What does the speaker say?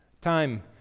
Time